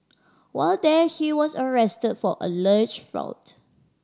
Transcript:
while there he was arrested for alleged fraud